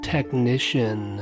Technician